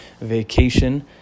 vacation